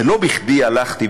ולא בכדי הלכתי,